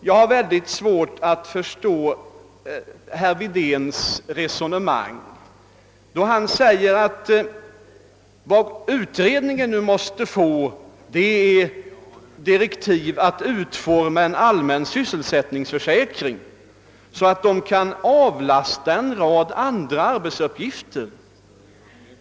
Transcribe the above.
Jag har också mycket svårt att förstå herr Wedéns resonemang om att utredningen nu måste få direktiv att utforma en allmän sysselsättningförsäkring, så att den kan avlastas en rad andra arbetsuppgifter.